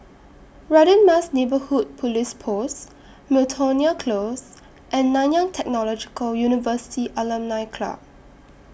Radin Mas Neighbourhood Police Post Miltonia Close and Nanyang Technological University Alumni Club